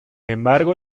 embargo